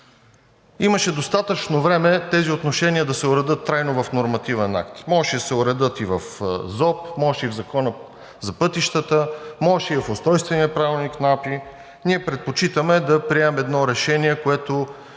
Имаше достатъчно време тези отношения да се уредят трайно в нормативен акт. Можеше да се уредят и в ЗОП, можеше и в Закона за пътищата, можеше и в Устройствения правилник на АПИ. Ние предпочитаме да приемем едно решение, което